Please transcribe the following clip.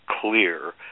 clear